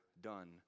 done